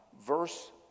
Verse